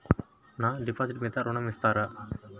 నా డిపాజిట్ మీద ఋణం ఇస్తారా?